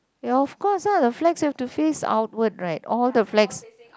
ya of course lah the flags have to face outwards right all the flags